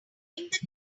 character